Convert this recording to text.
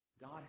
God